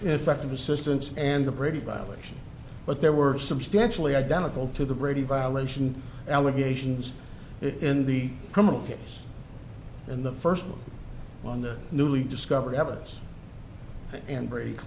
effective assistance and the brady violations but they were substantially identical to the brady violation allegations in the criminal case in the first on the newly discovered evidence in br